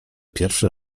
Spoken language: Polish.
pierwszy